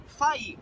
fai